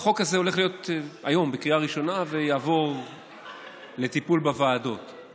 החוק הזה הולך להיות היום בקריאה ראשונה ויעבור לטיפול בוועדה.